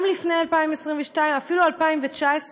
גם לפני 2022, אפילו 2019,